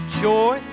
joy